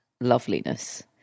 loveliness